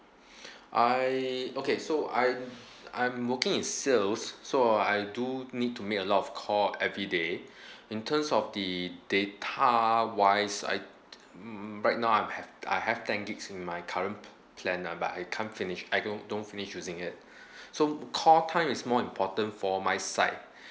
I okay so I'm I'm working in sales so I do need to make a lot of call everyday in terms of the data wise I right now I'm have I have ten gigs in my current plan ah but I can't finish I don't don't finish using it so call time is more important for my side